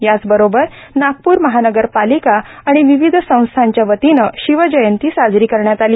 याचबरोबर नागपूर महानगर पालिका आणि विविध संस्थांच्या वातीनं शिवजयंती साजरी करण्यात आली